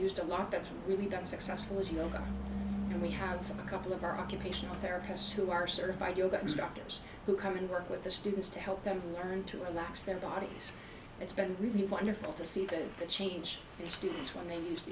used a lot that's really done successfully you know we have a couple of our occupational therapists who are certified yoga instructors who come and work with the students to help them learn to relax their bodies it's been really wonderful to see them that change students when they use t